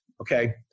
okay